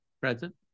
Present